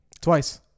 Twice